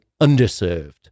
underserved